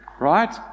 Right